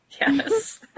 Yes